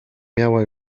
miała